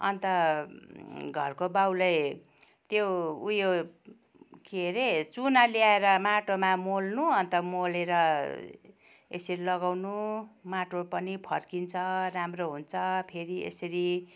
अन्त घरको बाउले त्यो उयो के रे चुना ल्याएर माटोमा मोल्नु अन्त मोलेर यसरी लगाउनु माटो पनि फर्किन्छ राम्रो हुन्छ फेरि यसरी